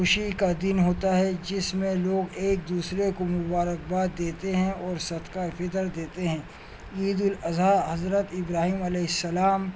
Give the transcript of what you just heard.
خوشی کا دن ہوتا ہے جس میں لوگ ایک دوسرے کو مبارکباد دیتے ہیں اور صدقہ فطر دیتے ہیں عید الاضحیٰ حضرت ابراہیم علیہ السلام